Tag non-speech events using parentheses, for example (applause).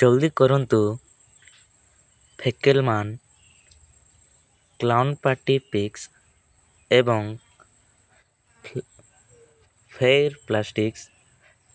ଜଲଦି କରନ୍ତୁ ଫେକରେମାନ କ୍ଲାଉନ୍ ପାର୍ଟି ପିକ୍ସ୍ ଏବଂ (unintelligible) ଫେର୍ ପ୍ଲାଷ୍ଟିକ୍ସ୍